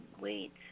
wait